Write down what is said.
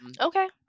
Okay